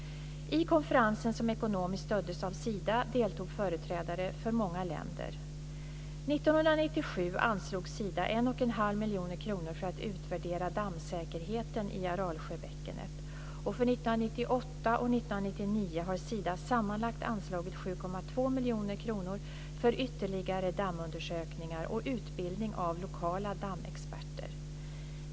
I konferensen, som ekonomiskt stöddes av Sida, deltog företrädare för många länder. År 1997 anslog Sida 1,5 miljoner kronor för att utvärdera dammsäkerheten i Aralsjöbäckenet. För l998 och l999 har Sida sammanlagt anslagit 7,2 miljoner kronor för ytterligare dammundersökningar och utbildning av lokala dammexperter.